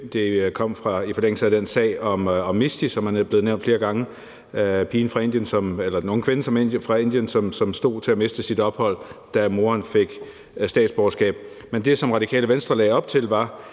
det kom i forlængelse af den sag om Mishti, som er blevet nævnt flere gange – den unge kvinde fra Indien, som stod til at miste sit ophold, da moderen fik statsborgerskab. Men det, som Radikale Venstre lagde op til, var